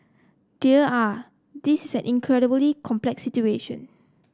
dear ah this is an incredibly complex situation